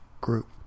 group